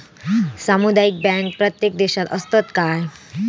सामुदायिक बँक प्रत्येक देशात असतत काय?